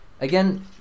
Again